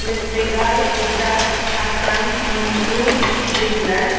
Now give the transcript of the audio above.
West Bengal Gujarat Assam Manipur Tripura